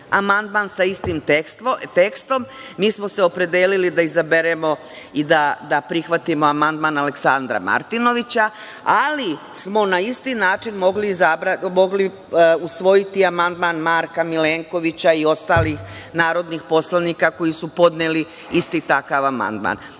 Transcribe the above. amandman sa istim tekstom, mi smo se opredelili da izaberemo i da prihvatimo amandman Aleksandra Martinovića, ali smo na isti način mogli usvojiti amandman Marka Milenkovića i ostalih narodnih poslanika koji su podneli isti takav amandman. Zaista